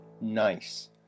Nice